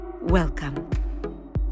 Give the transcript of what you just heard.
welcome